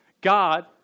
God